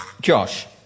Josh